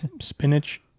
spinach